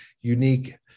unique